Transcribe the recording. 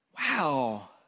Wow